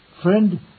Friend